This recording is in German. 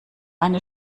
eine